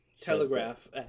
telegraph